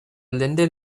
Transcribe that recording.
lengthy